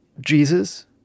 jesus